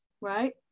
right